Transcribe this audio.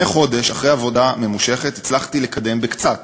לפני חודש, אחרי עבודה ממושכת, הצלחתי לקדם קצת,